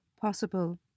possible